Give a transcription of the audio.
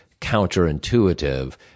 counterintuitive